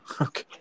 okay